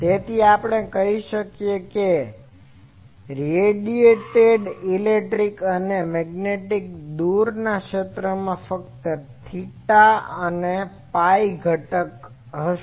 તેથી આપણે કહી શકીએ કે રેડિયેટેડ ઇલેક્ટ્રિક અને મેગ્નેટિક દૂરના ક્ષેત્રોમાં ફક્ત theta and phi ઘટક છે